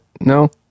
No